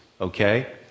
okay